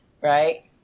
right